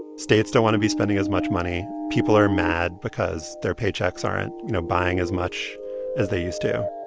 states don't want to be spending as much money. people are mad because their paychecks aren't, you know, buying as much as they used to.